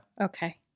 Okay